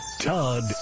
Todd